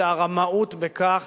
זו הרמאות בכך